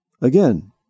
Again